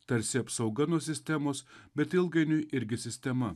tarsi apsauga nuo sistemos bet ilgainiui irgi sistema